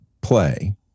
play